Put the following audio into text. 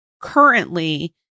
currently